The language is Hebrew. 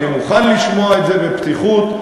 אני מוכן לשמוע את זה בפתיחות.